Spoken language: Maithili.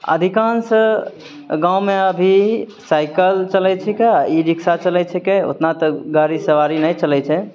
अधिकाँश गाँवमे अभी साइकिल चलै छिकै आ ई रिक्शा चलै छिकै ओतना तऽ गाड़ी सबारी नहि चलै छै